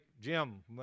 Jim